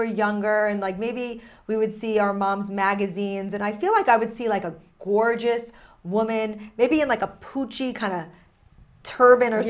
were younger and like maybe we would see our moms magazines and i feel like i would see like a gorgeous woman maybe like a pucci kind of turban or